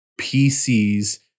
PCs